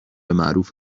معروف